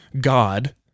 God